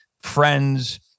friends